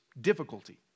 difficulty